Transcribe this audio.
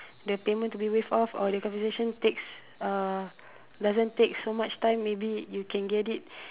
the payment to be waived off or the compensation takes uh doesn't take so much time maybe you can get it